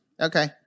Okay